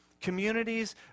communities